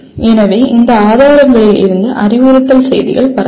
எனவே இந்த ஆதாரங்களில் இருந்து அறிவுறுத்தல் செய்திகள் வரலாம்